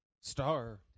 star